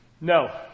No